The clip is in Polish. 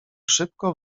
szybko